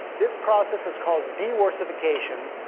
this process is called de-worse-ification,